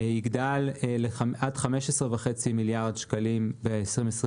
יגדל עד 15.5 מיליארד שקלים ב-2026.